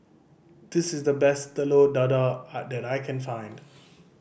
this is the best Telur Dadah that I can find